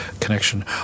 connection